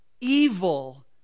evil